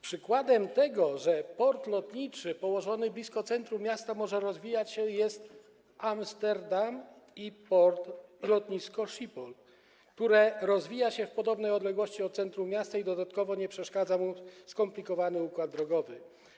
Przykładem tego, że port lotniczy położony blisko centrum miasta może się rozwijać, jest Amsterdam i port, lotnisko Schiphol, które rozwija się w podobnej odległości od centrum miasta i nie przeszkadza mu skomplikowany układ drogowy.